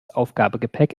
aufgabegepäck